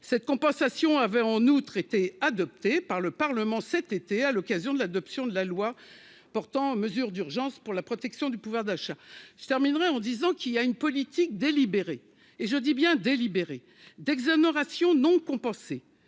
cette compensation avait en outre été adoptée par le Parlement cet été à l'occasion de l'adoption de la loi portant mesures d'urgence pour la protection du pouvoir d'achat, je terminerai en disant qu'il y a une politique délibérée et je dis bien délibérée d'exonérations non compensées